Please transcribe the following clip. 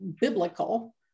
biblical